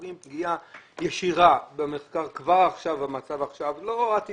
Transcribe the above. פוגעים פגיעה ישירה במחקר ועושים זאת כבר עכשיו ולא במחקר העתידי.